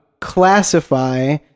classify